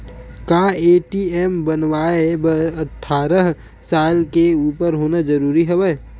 का ए.टी.एम बनवाय बर अट्ठारह साल के उपर होना जरूरी हवय?